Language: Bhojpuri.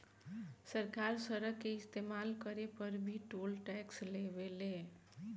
सरकार सड़क के इस्तमाल करे पर भी टोल टैक्स लेवे ले